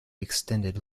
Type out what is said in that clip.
extended